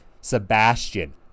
Sebastian